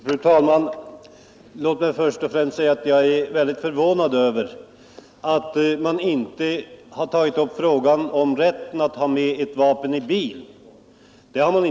Fru talman! Jag är väldigt förvånad över att man inte har tagit upp frågan om rätten att ha med vapen i bil.